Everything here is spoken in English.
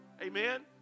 Amen